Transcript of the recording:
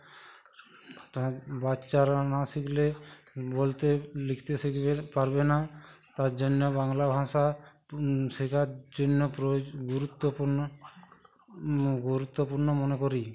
আর বাচ্চারা না শিখলে বলতে লিখতে শিখবে পারবে না তার জন্য বাংলা ভাষা শেখার জন্য প্রয়োজ গুরুত্বপূর্ণ গুরুত্বপূর্ণ মনে করি